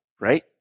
right